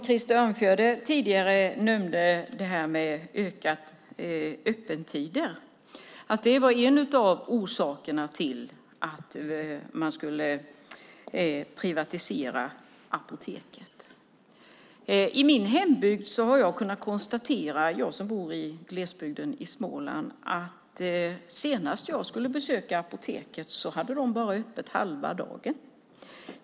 Krister Örnfjäder nämnde att ökat öppethållande var en av orsakerna till att man skulle privatisera Apoteket. Jag bor i glesbygd i Småland. När jag senast skulle besöka apoteket kunde jag konstatera att det bara hade öppet halva dagen.